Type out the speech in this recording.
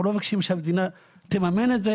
אנחנו לא מבקשים שהמדינה תממן את זה.